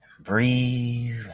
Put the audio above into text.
Breathe